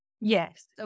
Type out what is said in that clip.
Yes